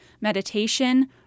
meditation